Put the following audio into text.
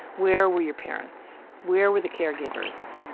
where were your parents? where were the caregivers?